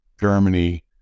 Germany